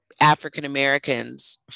African-Americans